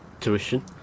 tuition